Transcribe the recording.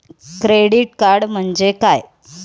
Credit card म्हणजे काय?